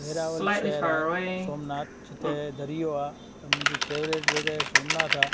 वीरावल शहरु आहे सोमनाथ जिते दरियो आहे त मुंहिंजी फ़ेवरेट जॻहि सोमनाथ आहे